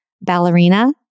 ballerina